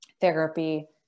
Therapy